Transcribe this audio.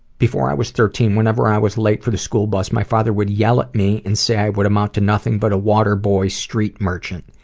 before i was thirteen, whenever i was late for the school bus, my father would yell at me and say i would amount to nothing but a waterboy, street merchant.